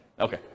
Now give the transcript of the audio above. okay